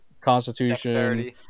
constitution